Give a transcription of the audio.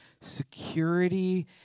security